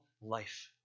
life